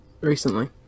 recently